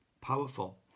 powerful